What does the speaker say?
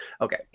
okay